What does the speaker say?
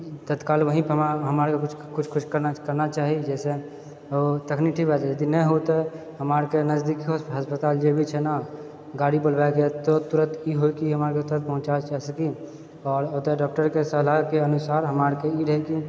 तत्काल वहीँ पे हमरा आरके किछु किछु किछु करना चाही जाहिसँ ओ तखनी ठीक भए जाए यदि नहि हो तऽ हमरा आरके नजदीक अस्पताल जे भी छै ने गाड़ी बोलबाएके तुरत की होय कि हमरा आरके तुरत पहुंँचा सकी आओर ओतऽ डॉक्टरके सलाहके अनुसार हमरा आरके ई रहै कि